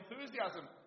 enthusiasm